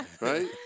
Right